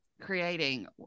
creating